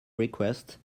request